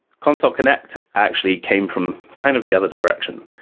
consul connect actually came from kind of the other direction,